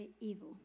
evil